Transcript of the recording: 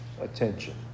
attention